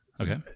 Okay